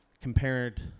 compared